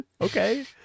Okay